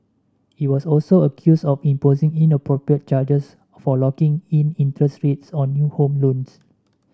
it was also accused of imposing inappropriate charges for locking in interest rates on new home loans